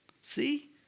See